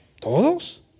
Todos